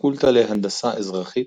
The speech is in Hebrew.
הפקולטה להנדסה אזרחית